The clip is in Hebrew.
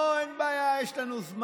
אין בעיה, יש לנו זמן.